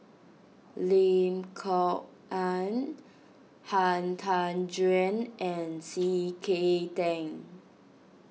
Lim Kok Ann Han Tan Juan and C K Tang